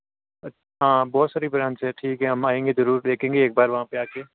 हाँ बहुत सारी ब्रांच है ठीक है हम आएंगे ज़रूर देखेंगे एक बार वहाँ पे आके